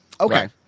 Okay